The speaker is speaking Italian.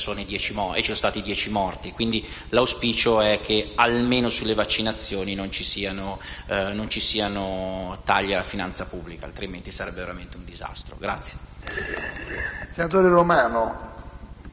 e ci sono stati dieci morti. L'auspicio è che almeno sulle vaccinazioni non ci siano tagli alla finanza pubblica, altrimenti sarebbe veramente un disastro.